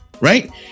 Right